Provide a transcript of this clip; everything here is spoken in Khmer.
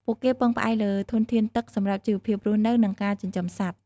ពួកគេពឹងផ្អែកលើធនធានទឹកសម្រាប់ជីវភាពរស់នៅ និងការចិញ្ចឹមសត្វ។